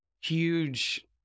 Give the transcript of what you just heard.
huge